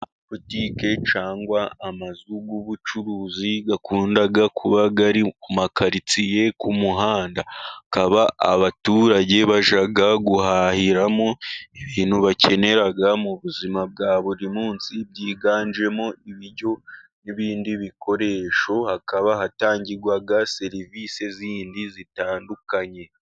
Butike cyangwa amazu y'ubucuruzi, yakundaga kuba ari ku makaritsiye ku muhanda, Hakaba abaturage bajya guhahiramo ibintu bakenera mu buzima bwa buri munsi byiganjemo ibiryo n'ibindi bikoresho, hakaba hatangirwa serivisi zindi zitandukanye.